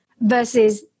versus